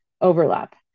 overlap